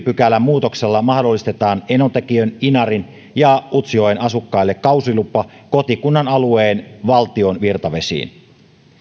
pykälän muutoksella mahdollistetaan enontekiön inarin ja utsjoen asukkaille kausilupa kotikunnan alueen valtion virtavesiin